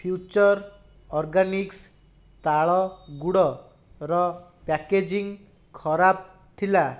future organics ତାଳଗୁଡ଼ର packaging ଖରାପ ଥିଲା